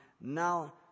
now